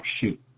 shoot